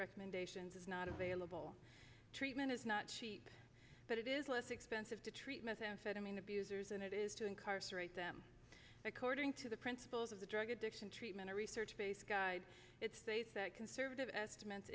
recommendations is not available treatment is not cheap but it is less expensive to treat methamphetamine abusers and it is to incarcerate them according to the principles of the drug addiction treatment research based guide it states that conservative estimates